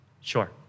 Sure